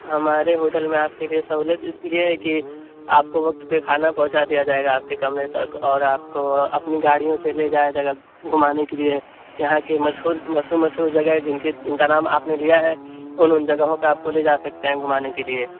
ہمارے ہوٹل میں آپ کے لیے سہولت یہ ہے کہ آپ کو وقت پہ کھانا پہنچا دیا جائے گا آپ کے کمرے تک اور آپ کو اپنی گاڑیوں سے لے جایا جائے گا گھمانے کے لیے یہاں کے مشہور مشہور مشہور جگہ ہے جن کے جن کا نام آپ نے لیا ہے ان ان جگہوں پہ آپ کو لے جا سکتے ہیں گھمانے کے لیے